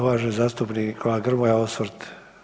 Uvaženi zastupnik Nikola Grmoja osvrt.